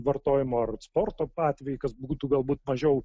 vartojimo ar sporto atvejį kas būtų galbūt mažiau